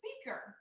speaker